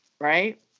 right